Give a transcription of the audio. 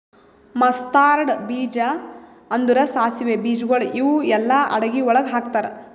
mustard ಬೀಜ ಅಂದುರ್ ಸಾಸಿವೆ ಬೀಜಗೊಳ್ ಇವು ಎಲ್ಲಾ ಅಡಗಿ ಒಳಗ್ ಹಾಕತಾರ್